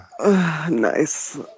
Nice